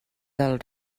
del